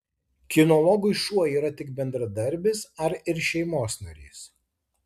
kinologui šuo yra tik bendradarbis ar ir šeimos narys